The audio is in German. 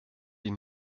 die